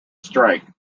strike